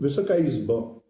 Wysoka Izbo!